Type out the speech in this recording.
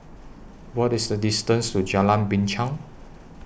What IS The distance to Jalan Binchang